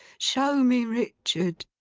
show me richard